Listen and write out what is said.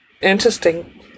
interesting